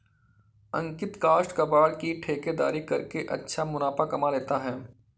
अंकित काष्ठ कबाड़ की ठेकेदारी करके अच्छा मुनाफा कमा लेता है